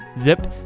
zip